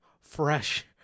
fresh